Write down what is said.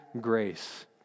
grace